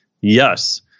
Yes